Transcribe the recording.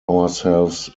ourselves